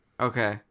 Okay